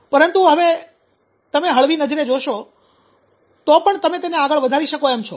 પરંતુ તમે હળવી નજરે જોશો તો પણ તમે તેને આગળ વધારી શકો એમ છો